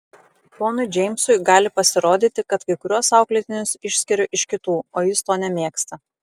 ponui džeimsui gali pasirodyti kad kai kuriuos auklėtinius išskiriu iš kitų o jis to nemėgsta